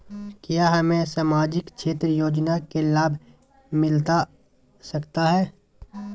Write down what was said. क्या हमें सामाजिक क्षेत्र योजना के लाभ मिलता सकता है?